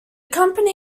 company